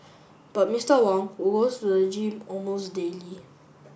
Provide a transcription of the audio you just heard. but Mister Wong who goes to the gym almost daily